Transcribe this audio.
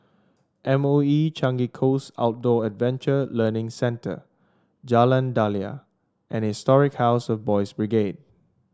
M O E Changi Coast Outdoor Adventure Learning Centre Jalan Daliah and Historic House of Boys' Brigade